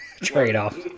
trade-off